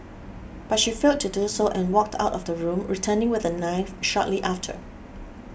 but she failed to do so and walked out of the room returning with a knife shortly after